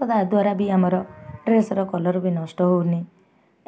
ତ ତାଦ୍ୱାରା ବି ଆମର ଡ୍ରେସ୍ର କଲର୍ ବି ନଷ୍ଟ ହଉନି